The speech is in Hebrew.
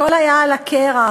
הכול היה על הקרח.